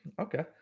okay